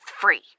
free